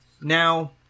now